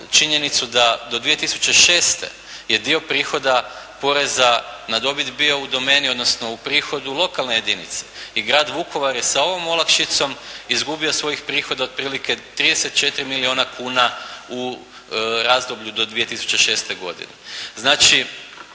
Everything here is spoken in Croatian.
činjenicu da do 2006. je dio prihoda poreza na dobit bio u domeni, odnosno u prihodu lokalne jedinice i grad Vukovar je sa ovom olakšicom izgubio svojih prihoda otprilike 34 milijuna kuna u razdoblju do 2006. godine.